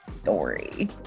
story